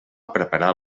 preparar